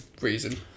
reason